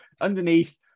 underneath